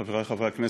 חברי חברי הכנסת,